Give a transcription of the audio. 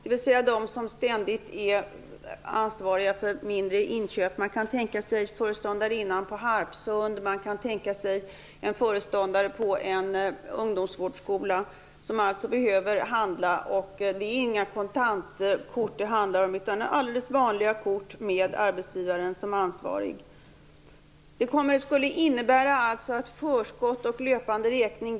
Man kan tänka sig att föreståndarinnan på Harpsund eller en föreståndare på en ungdomsvårdsskola som behöver handla skall kunna ha sådana. Det handlar inte om några kontantkort. Det är alldeles vanliga kort med arbetsgivaren som ansvarig. Det skulle innebära att man återgick till förskott och löpande räkning.